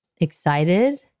excited